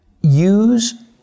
use